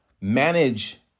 manage